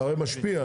זה משפיע.